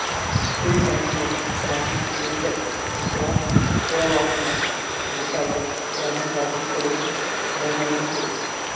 एक banknote bank नईतर दूसरा पुरावासना भेटावर प्राधिकारण कडून बनायेल शे